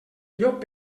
llop